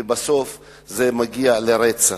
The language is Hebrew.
ובסוף זה מגיע לרצח.